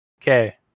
okay